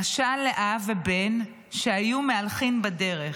משל לאב ובן שהיו מהלכים בדרך,